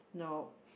nope